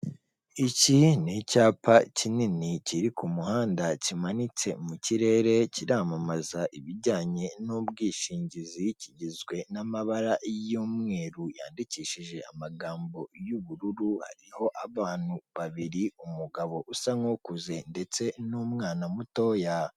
Iki ni icyapa kinini kiri ku muhanda kimanitse mu kirere kiramamaza ibijyanye n'ubwishingizi kigizwe n'amabara y'umweru yandikishije amagambo y'ubururu ariho abantu babiri umugabo usa nk'ukuze ndetse n'umwana muto ya.